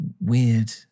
weird